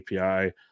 API